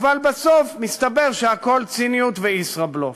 אבל בסוף מסתבר שהכול ציניות וישראבלוף.